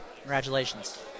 Congratulations